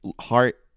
heart